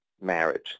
marriage